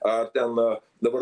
ar ten dabar